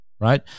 Right